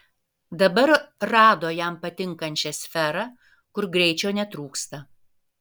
dabar rado jam patinkančią sferą kur greičio netrūksta